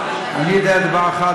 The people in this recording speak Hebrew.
אני יודע דבר אחד,